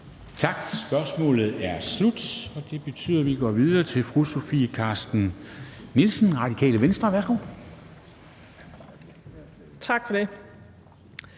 Tak. Spørgsmålet er slut. Det betyder, at vi går videre til fru Sofie Carsten Nielsen, Radikale Venstre. Værsgo. Kl.